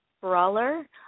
Brawler